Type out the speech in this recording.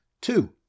Two